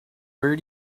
where